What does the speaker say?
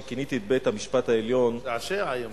שכיניתי את בית-המשפט העליון "חונטה".